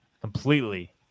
completely